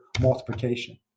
multiplication